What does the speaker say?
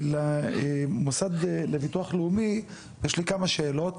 למוסד לביטוח לאומי יש לי כמה שאלות.